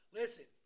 listen